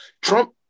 Trump